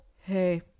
Hey